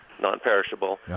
non-perishable